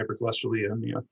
hypercholesterolemia